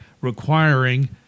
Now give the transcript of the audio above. requiring